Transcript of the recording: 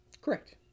Correct